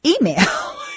email